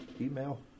email